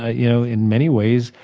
ah you know in many ways,